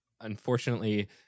unfortunately